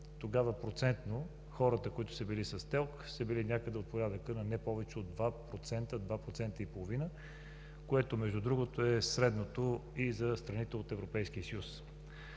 тогава процентно хората, които са били с ТЕЛК, са били някъде от порядъка на не повече от 2% – 2,5%, което, между другото, е средното и за страните от Европейския съюз.